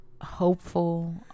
hopeful